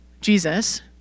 Jesus